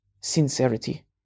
sincerity